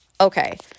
Okay